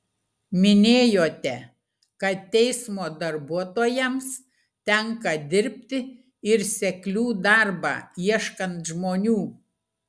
minėjote kad teismo darbuotojams tenka dirbti ir seklių darbą ieškant žmonių